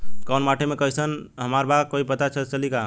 कोउन माटी कई सन बा हमरा कई से पता चली?